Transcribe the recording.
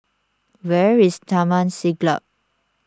where is Taman Siglap